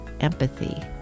empathy